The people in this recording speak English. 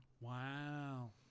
Wow